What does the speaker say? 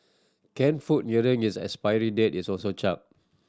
canned food nearing is expiry date is also chucked